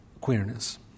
queerness